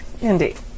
Indeed